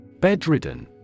Bedridden